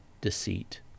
deceit